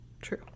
True